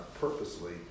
purposely